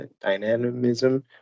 dynamism